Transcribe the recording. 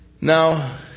Now